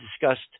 discussed